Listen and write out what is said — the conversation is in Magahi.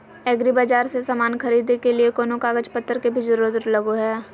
एग्रीबाजार से समान खरीदे के लिए कोनो कागज पतर के भी जरूरत लगो है?